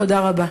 תודה רבה.